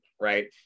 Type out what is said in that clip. right